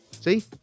See